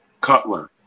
Cutler